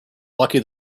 lucky